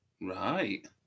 Right